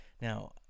Now